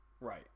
Right